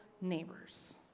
neighbors